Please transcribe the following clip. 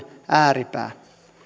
ääripää